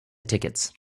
tickets